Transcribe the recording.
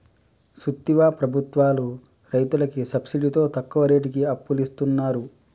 సూత్తివా ప్రభుత్వాలు రైతులకి సబ్సిడితో తక్కువ రేటుకి అప్పులిస్తున్నరు